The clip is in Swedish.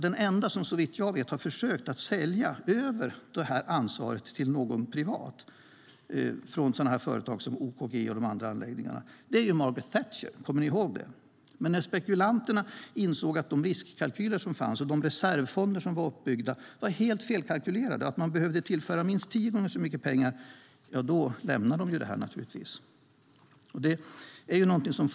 Den enda som såvitt jag vet har försökt att sälja över ansvaret till någon privat anläggningshavare från företag som till exempel OKG och de andra anläggningarna är Margaret Thatcher. Kommer ni ihåg det? När spekulanterna insåg att de riskkalkyler som fanns och de reservfonder som var uppbyggda var helt felkalkylerade, att man behövde tillföra minst tio gånger så mycket pengar, lämnade de naturligtvis detta.